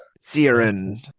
Siren